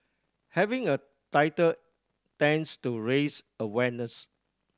having a title tends to raise awareness